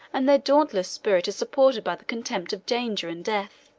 and their dauntless spirit is supported by the contempt of danger and death.